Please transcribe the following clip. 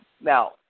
Now